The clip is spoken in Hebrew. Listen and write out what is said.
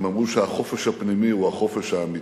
הם אמרו שהחופש הפנימי הוא החופש האמיתי.